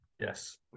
Yes